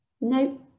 Nope